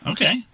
Okay